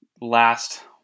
last